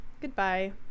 Goodbye